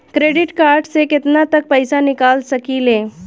Credit card से केतना तक पइसा निकाल सकिले?